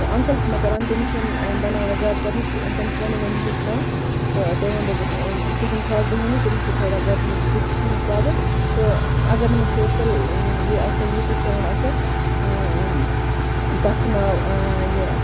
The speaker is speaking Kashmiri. تہٕ اَنکل چھ مےٚ کَران تٔمس چھ نہٕ بَنان وۄنۍ زیادٕ کَرنہِ تٔمِس وَنے مےٚ مےٚ ہیٚچھناو تہٕ تٔمۍ ووٚن دوٚپُن سُہ چھُنہٕ خاص بیٚہوٲنی تیٚمِس چھِ تھوڑا گَردٔنۍ ڈِسکہِ ہٕنٛز پرابلم تہٕ اگر نہٕ مےٚ سوشَل یہِ آسہِ ہا یوٗٹیوب چَنَل آسہِ ہا تتھ چھ ناو یہِ